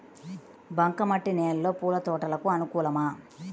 బంక మట్టి నేలలో పూల తోటలకు అనుకూలమా?